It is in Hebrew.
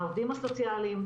העובדים הסוציאליים,